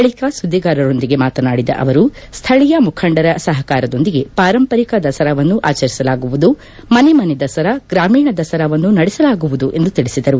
ಬಳಕ ಸುದ್ಗಿಗಾರರೊಂದಿಗೆ ಮಾತನಾಡಿದ ಅವರು ಸ್ಥಳೀಯ ಮುಖಂಡರ ಸಹಕಾರದೊಂದಿಗೆ ಪಾರಂಪರಿಕ ದಸರಾವನ್ನು ಆಚರಿಸಲಾಗುವುದು ಮನೆ ಮನೆ ದಸರಾ ಗ್ರಾಮೀಣ ದಸರಾವನ್ನು ನಡೆಸಲಾಗುವುದು ಎಂದು ತಿಳಿಸಿದರು